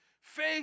Faith